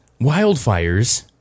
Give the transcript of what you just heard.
wildfires